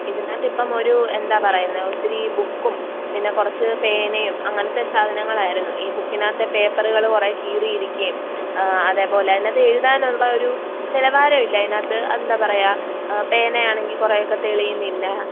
ഇതിനകത്ത് ഇപ്പം ഒരു എന്താ പറയുന്നത് ഒത്തിരി ബുക്കും പിന്നെ കുറച്ച് പേനയും അങ്ങനത്തെ സാധനങ്ങൾ ആയിരുന്നു ഈ ബുക്കിനകത്ത് പേപ്പറുകള് കുറെ കീറി ഇരിയ്ക്കുകയും അതേപോലെ അതിനകത്ത് എഴുതാനുള്ളൊരു നിലവാരവില്ല അതിനകത്ത് അത് എന്താ പറയുക പേനയാണെങ്കിൽ കുറെയൊക്കെ തെളിയുന്നില്ല